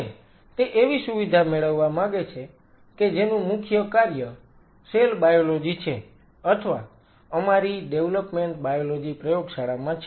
અને તે એવી સુવિધા મેળવવા માંગે છે કે જેનું મુખ્ય કાર્ય સેલ બાયોલોજી છે અથવા અમારી ડેવલપમેન્ટ બાયોલોજી પ્રયોગશાળામાં છે